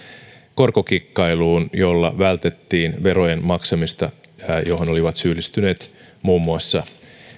korkokikkailuun jolla vältettiin verojen maksamista ja johon olivat syyllistyneet muun muassa